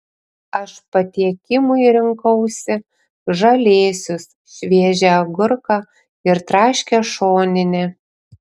aš patiekimui rinkausi žalėsius šviežią agurką ir traškią šoninę